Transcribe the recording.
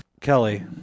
Kelly